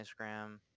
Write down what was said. Instagram